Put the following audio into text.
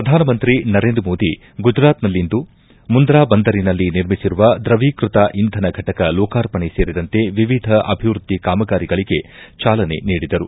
ಪ್ರಧಾನಮಂತ್ರಿ ನರೇಂದ್ರ ಮೋದಿ ಗುಜರಾತ್ನಲ್ಲಿಂದು ಮುಂದ್ರಾ ಬಂದರಿನಲ್ಲಿ ನಿರ್ಮಿಸಿರುವ ದ್ರವೀಕೃತ ಇಂಧನ ಫಟಕ ಲೋಕಾರ್ಪಣೆ ಸೇರಿದಂತೆ ವಿವಿಧ ಅಭಿವೃದ್ದಿ ಕಾಮಗಾರಿಗಳಿಗೆ ಚಾಲನೆ ನೀಡಿದರು